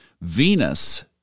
Venus